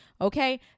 okay